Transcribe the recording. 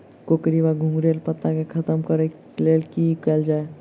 कोकरी वा घुंघरैल पत्ता केँ खत्म कऽर लेल की कैल जाय?